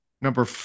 number